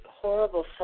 horrible